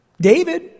david